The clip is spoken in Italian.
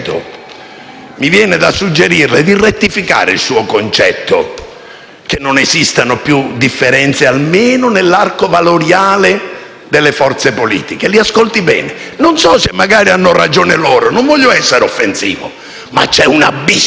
vorrei suggerirle di rettificare il suo concetto che non esistono più differenze almeno nell'arco valoriale delle forze politiche. Li ascolti bene. Non so se magari hanno ragione loro, non voglio essere offensivo, ma c'è un abisso